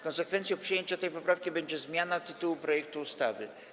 Konsekwencją przyjęcia tej poprawki będzie zmiana tytułu projektu ustawy.